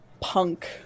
punk